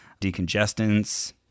decongestants